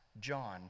John